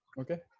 Okay